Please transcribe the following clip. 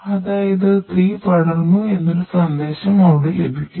അതായത് തീ പടർന്നു എന്നൊരു സന്ദേശം അവിടെ ലഭിക്കുന്നു